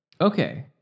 Okay